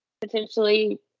Potentially